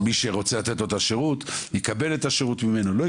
ומי שרוצה את השירות יקבל את השירות ואם הוא לא רוצה,